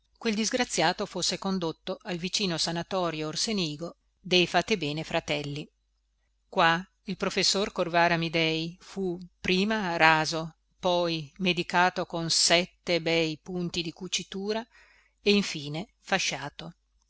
quel disgraziato fosse condotto al vicino sanatorio orsenigo dei fate bene fratelli qua il professor corvara amidei fu prima raso poi medicato con sette bei punti di cucitura e infine fasciato